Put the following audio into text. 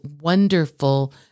wonderful